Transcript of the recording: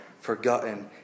forgotten